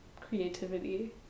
creativity